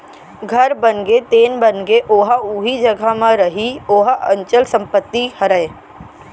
घर बनगे तेन बनगे ओहा उही जघा म रइही ओहा अंचल संपत्ति हरय